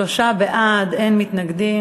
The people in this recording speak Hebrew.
שלושה בעד, אין מתנגדים.